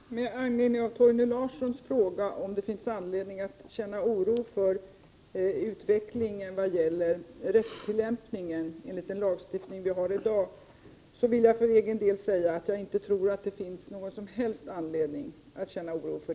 Herr talman! Med anledning av Torgny Larssons fråga om det finns anledning att känna oro för utvecklingen vad gäller rättstillämpningen enligt den lagstiftning vi har i dag, vill jag för egen del säga att jag inte tror att det finns någon som helst anledning att känna oro.